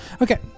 Okay